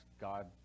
God